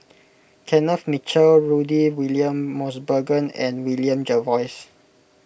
Kenneth Mitchell Rudy William Mosbergen and William Jervois